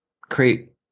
create